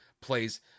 plays